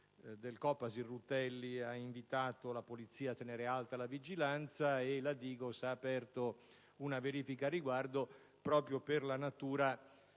della Repubblica, Rutelli, ha invitato la polizia a tenere alta la vigilanza, e la DIGOS ha aperto una verifica al riguardo, proprio per la natura